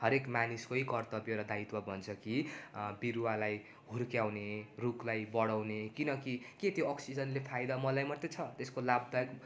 हरेक मानिसकै कर्त्तव्य र दायित्व बन्छ कि बिरुवालाई हुर्काउने रुखलाई बढाउने किनकि के त्यो अक्सिजनले फाइदा मलाई मात्रै छ त्यसको लाभदायक